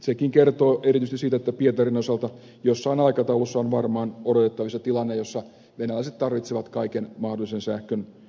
sekin kertoo erityisesti siitä että pietarin osalta jossain aikataulussa on varmaan odotettavissa tilanne jossa venäläiset tarvitsevat kaiken mahdollisen itse tuottamansa sähkön itse